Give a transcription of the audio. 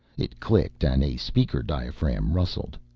it clicked and a speaker diaphragm rustled.